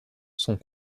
sont